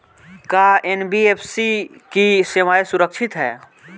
का एन.बी.एफ.सी की सेवायें सुरक्षित है?